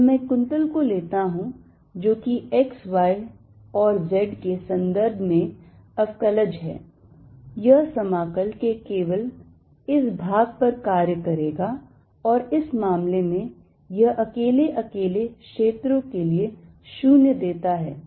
जब मैं कुंतल को लेता हूं जो कि x y और z के संदर्भ में अवकलज है यह समाकल के केवल इस भाग पर कार्य करेगा और इस मामले में यह अकेले अकेले क्षेत्रों के लिए 0 देता है